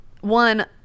one